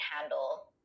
handle